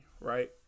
right